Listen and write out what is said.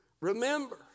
Remember